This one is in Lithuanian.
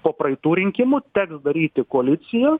po praeitų rinkimų teks daryti koalicijų